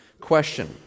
question